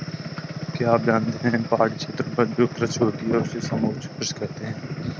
क्या आप जानते है पहाड़ी क्षेत्रों पर जो कृषि होती है उसे समोच्च कृषि कहते है?